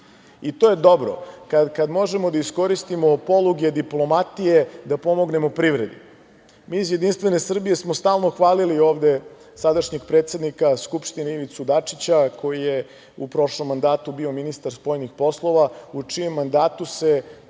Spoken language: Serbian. To je dobro, kada možemo da iskoristimo poluge diplomatije da pomognemo privredi. Mi iz Jedinstvene Srbije smo stalno hvalili ovde sadašnjeg predsednika Skupštine Ivicu Dačića, koji je u prošlom mandatu bio ministar spoljnih poslova, u čijem mandatu se